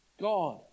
God